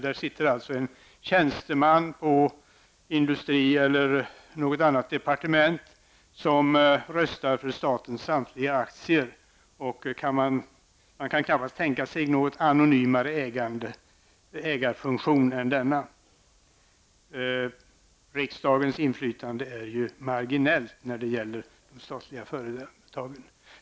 Där sitter en tjänsteman på industridepartementet eller något annat departement och röstar för staten samtliga aktier. Man kan knappast tänka sig någon anonymare ägarfunktion än denna. Riksdagens inflytande är marginellt när det gäller de statliga företagen.